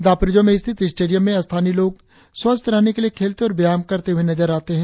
दापोरिजो में स्थित स्टेडियम में स्थानीय लोग स्वस्थ रहने के लिए खेलते और व्यायाम करते हुए नजर आते है